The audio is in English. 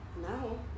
no